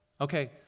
Okay